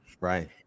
right